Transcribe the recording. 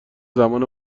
زمان